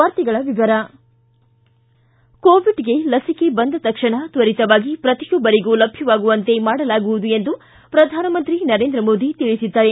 ವಾರ್ತೆಗಳ ವಿವರ ಕೋವಿಡ್ಗೆ ಲಸಿಕೆ ಬಂದ ತಕ್ಷಣ ತ್ವರಿತವಾಗಿ ಪ್ರತಿಯೊಬ್ಬರಿಗೂ ಲಭ್ಯವಾಗುವಂತೆ ಮಾಡಲಾಗುವುದು ಎಂದು ಪ್ರಧಾನಮಂತ್ರಿ ನರೇಂದ್ರ ಮೋದಿ ತಿಳಿಸಿದ್ದಾರೆ